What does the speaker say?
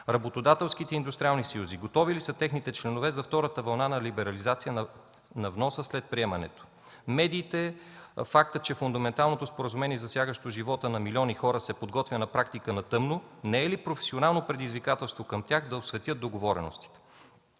Работодателските индустриални съюзи – готови ли са техните членове за втората вълна на либерализация на вноса след приемането? Медиите – фактът, че фундаменталното споразумение, засягащо живота на милиони хора, се подготвя на практика на тъмно, не е ли професионално предизвикателство към тях да осветят договореностите?